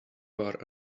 bar